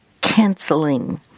canceling